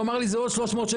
הוא אמר לי זה עוד 300 שקלים.